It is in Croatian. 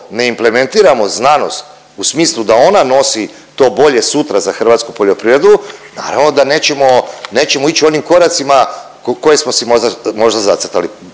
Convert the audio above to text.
ne implementiramo znanost u smislu da ona nosi to bolje sutra za hrvatsku poljoprivredu naravno da nećemo, nećemo ić onim koracima koje smo si možda zacrtali.